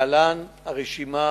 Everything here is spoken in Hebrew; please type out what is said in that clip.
להלן הרשימה: